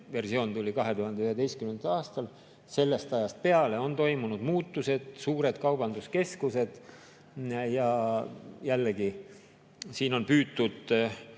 tervikversioon tuli 2011. aastal. Sellest ajast peale on toimunud muutused, [on tekkinud] suured kaubanduskeskused, ja jällegi, siin on püütud